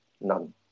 none